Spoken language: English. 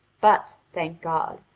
but, thank god,